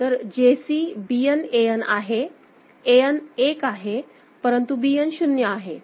तर JC Bn An आहे An 1 आहे परंतु Bn 0 आहे